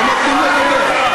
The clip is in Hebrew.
לא נותנים לדבר.